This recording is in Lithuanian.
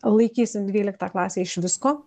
laikysim dvyliktą klasę iš visko